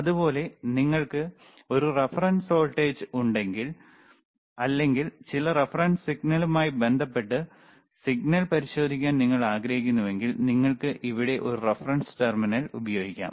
അതുപോലെ നിങ്ങൾക്ക് ഒരു റഫറൻസ് വോൾട്ടേജ് ഉണ്ടെങ്കിൽ അല്ലെങ്കിൽ ചില റഫറൻസ് സിഗ്നലുമായി ബന്ധപ്പെട്ട് സിഗ്നൽ പരിശോധിക്കാൻ നിങ്ങൾ ആഗ്രഹിക്കുന്നുവെങ്കിൽ നിങ്ങൾക്ക് ഇവിടെ ഒരു റഫറൻസ് ടെർമിനൽ ഉപയോഗിക്കാം